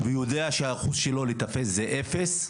ויודע שהסיכוי שהוא ייתפס זה אפס,